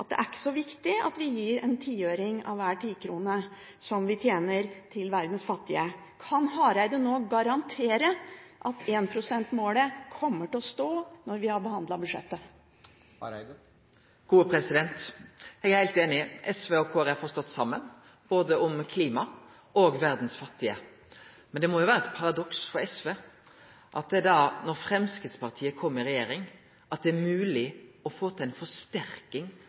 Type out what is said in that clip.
det ikke er så viktig at vi gir en tiøring av hver tikrone som vi tjener, til verdens fattige. Kan Hareide nå garantere at 1 pst.-målet kommer til å stå når vi har behandlet budsjettet? Eg er heilt einig. SV og Kristeleg Folkeparti har stått saman, både om klima og verdas fattige. Men det må vere eit paradoks for SV at når Framstegspartiet kjem i regjering, er det mogleg å få til